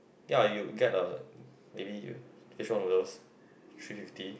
ya you get a maybe fishball noodles three fifty